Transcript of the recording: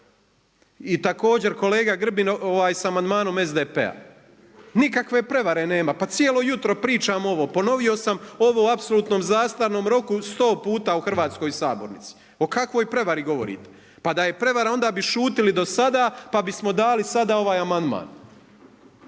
I također kolega Grbin sa amandmanom SDP-a. Nikakve prevare nema, pa cijelo jutro pričam ovo, ponovio sam ovo o apsolutnom zastarnom roku sto puta u hrvatskoj sabornici. O kakvoj prevari govorite? Pa da je prevara onda bi šutili do sada pa bismo dali sada ovaj amandman.